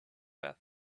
beth